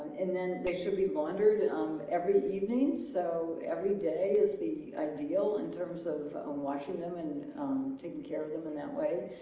and then they should be laundered um every evening so every day is the ideal in terms of ah um washing them and taking care of them in that way